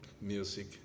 music